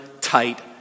tight